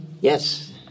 Yes